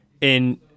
in-